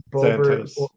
Santos